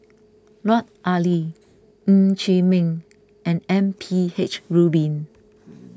Lut Ali Ng Chee Meng and M P H Rubin